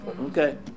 Okay